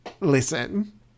Listen